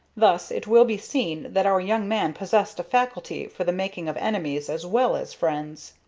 thus it will be seen that our young man possessed a facility for the making of enemies as well as friends.